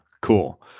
Cool